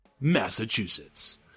Massachusetts